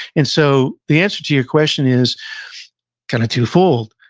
and so, the answer to your question is kind of twofold.